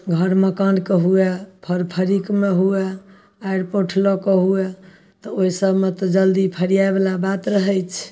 घर मकानके हुए फर फरीकमे हुए आड़ि पाठि लऽके हुए तऽ ओहिसबमे तऽ जल्दी फड़िआइवला बात रहै छै